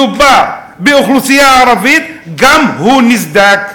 שמדובר באוכלוסייה הערבית, גם הוא נסדק.